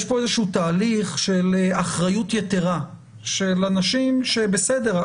יש פה איזשהו תהליך של אחריות יתרה של אנשים שבסדר,